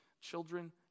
children